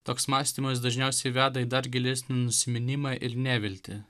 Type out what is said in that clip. toks mąstymas dažniausiai veda į dar gilesnį nusiminimą ir neviltį